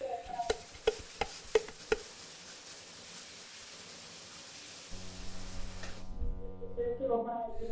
ഇത് ഓപ്പണായി ഇന്ന് ഉച്ചത്തേക്ക് ഓപ്പണായിരിക്കും